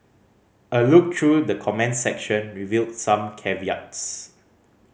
a look through the comments section revealed some caveats